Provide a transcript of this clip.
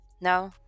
No